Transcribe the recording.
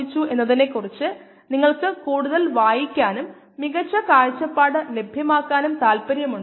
നമുക്ക് പ്രശ്നങ്ങൾ പരിഹരിക്കാൻ കഴിയുമെന്ന് എനിക്ക് ഉറപ്പുണ്ട്